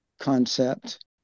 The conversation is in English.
concept